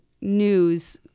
news